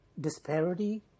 disparity